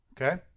Okay